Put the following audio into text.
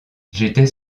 j’étais